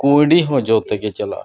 ᱠᱩᱸᱭᱰᱤ ᱦᱚᱸ ᱡᱚ ᱛᱮᱜᱮ ᱪᱟᱞᱟᱜᱼᱟ